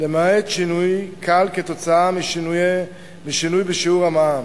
למעט שינוי קל כתוצאה משינוי בשיעור המע"מ.